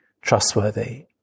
trustworthy